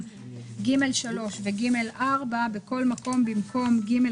כאשר מדובר במקרה מצער של יתום משני הורים שהוא בעצמו קונה